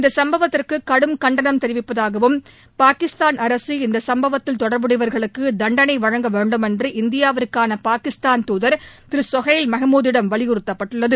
இந்த சும்பவத்திற்கு கடும் கண்டனம் தெரிவிப்பதாகவும் பாகிஸ்தான் அரசு இந்த சும்பவத்தில் தொடர்புடையவர்களுக்கு தண்டனை வழங்க வேண்டும் என்று இந்தியாவிற்கான பாகிஸ்தான் தூதர் திரு சோஹைல் மஹ்மூதிடம் வலியுறுத்தப்பட்டுள்ளது